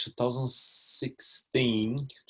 2016